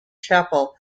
chapel